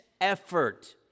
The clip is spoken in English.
effort